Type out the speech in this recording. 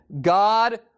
God